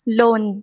loan